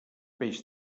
peix